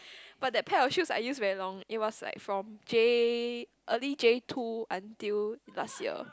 but that pair of shoes I use very long it was like from J early J two until last year